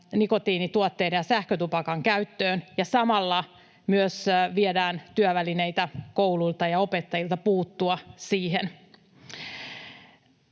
nikotiinituotteiden ja sähkötupakan käyttöön, ja samalla myös viedään työvälineitä kouluilta ja opettajilta puuttua siihen.